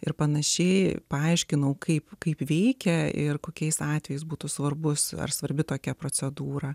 ir pan paaiškinau kaip kaip veikia ir kokiais atvejais būtų svarbus ar svarbi tokia procedūra